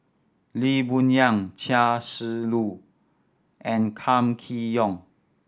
Lee Boon Yang Chia Shi Lu and Kam Kee Yong